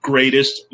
greatest